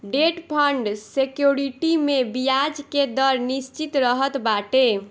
debt fund security में बियाज के दर निश्चित रहत बाटे